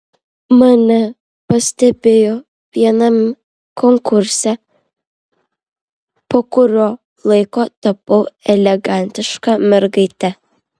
mane pastebėjo vienam konkurse po kurio laiko tapau elegantiška mergaite